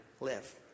live